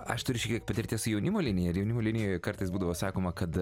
aš turiu šiek tiek patirties su jaunimo linija ir jaunimo linijoj kartais būdavo sakoma kad